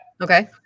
Okay